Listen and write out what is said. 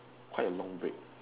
quite a long break